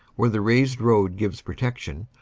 where the raised road gives protection,